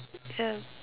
ya